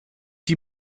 die